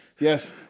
Yes